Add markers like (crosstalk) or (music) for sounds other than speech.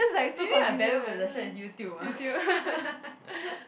may maybe my valuable possession is YouTube ah (laughs)